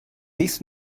this